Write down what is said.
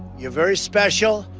you're very special.